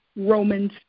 Romans